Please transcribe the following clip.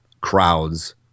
crowds